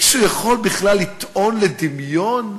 מישהו יכול בכלל לטעון לדמיון?